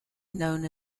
known